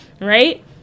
Right